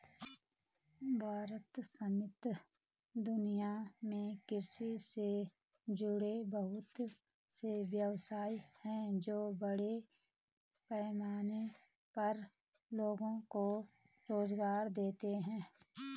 भारत समेत दुनिया में कृषि से जुड़े बहुत से व्यवसाय हैं जो बड़े पैमाने पर लोगो को रोज़गार देते हैं